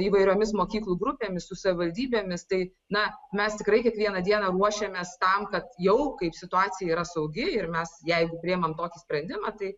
įvairiomis mokyklų grupėmis su savivaldybėmis tai na mes tikrai kiekvieną dieną ruošiamės tam kad jau kaip situacija yra saugi ir mes jeigu priimam tokį sprendimą tai